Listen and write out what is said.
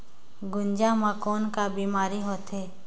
गुनजा मा कौन का बीमारी होथे?